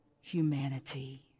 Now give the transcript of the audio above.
humanity